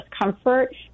discomfort